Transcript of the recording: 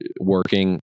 working